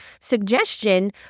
suggestion